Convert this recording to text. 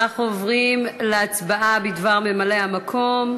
אנחנו עוברים להצבעה בדבר ממלאי-המקום.